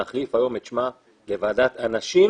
נחליף היום את שמה לוועדת אנשים,